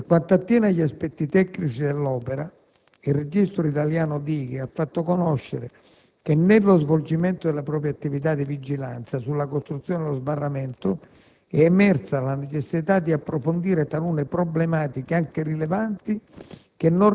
Per quanto attiene gli aspetti tecnici dell'opera, il Registro italiano dighe ha fatto conoscere che, nello svolgimento delle proprie attività di vigilanza sulla costruzione dello sbarramento, è emersa la necessità di approfondire talune problematiche, anche rilevanti,